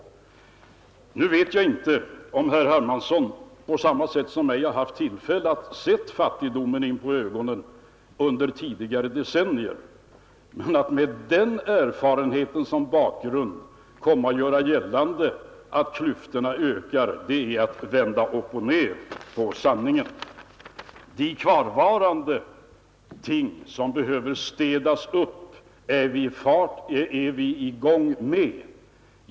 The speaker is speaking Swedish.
Nu vet jag inte om herr Hermansson på samma sätt som jag har haft tillfälle att se fattigdomen inpå livet under tidigare decennier, men att med den erfarenheten som bakgrund komma och göra gällande att klyftorna ökar, det är att vända upp och ner på sanningen. De kvarvarande ting som behöver städas upp är vi i gång med.